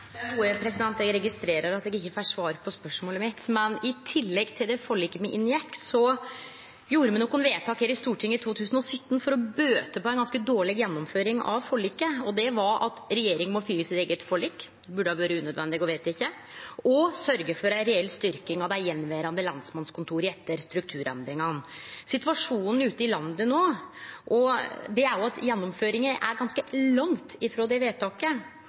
ja, faktisk større tillit. Publikums tillit til politiet har økt under reformen. Det synes jeg i seg selv er ganske imponerende. Eg registrerer at eg ikkje får svar på spørsmålet mitt. Men i tillegg til det forliket me inngjekk, gjorde me nokre vedtak her i Stortinget i 2017 for å bøte på ei ganske dårleg gjennomføring av forliket. Det var at regjeringa må følgje sitt eige forlik – det burde ha vore unødvendig å vedta – og sørgje for ei reell styrking av dei attverande lensmannskontora etter strukturendringane. Situasjonen ute i landet no er at gjennomføringa er